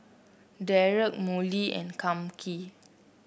Derrek Molly and Kami